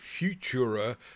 Futura